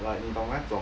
like 你懂那种